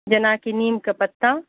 जेनाकि नीमके पत्ता